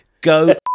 go